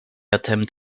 attempt